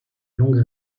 longue